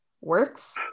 works